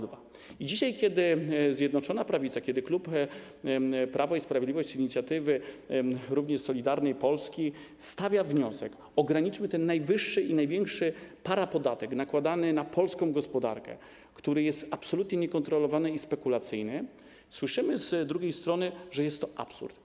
Dzisiaj, kiedy Zjednoczona Prawica, kiedy klub Prawo i Sprawiedliwość z inicjatywy również Solidarnej Polski stawia wniosek o to, by ograniczyć ten najwyższy, największy parapodatek nakładany na polską gospodarkę, który jest absolutnie niekontrolowany i spekulacyjny, słyszymy z drugiej strony, że jest to absurd.